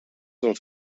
els